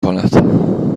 کند